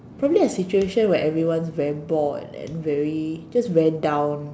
probably a situation where everyone's very bored and very just very down